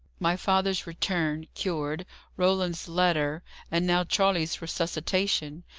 my father's return, cured roland's letter and now charley's resuscitation.